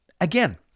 Again